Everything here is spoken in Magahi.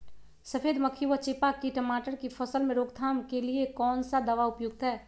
सफेद मक्खी व चेपा की टमाटर की फसल में रोकथाम के लिए कौन सा दवा उपयुक्त है?